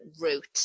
route